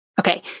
Okay